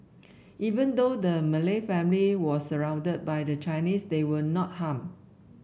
even though the Malay family was surrounded by the Chinese they were not harmed